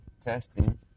testing